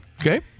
Okay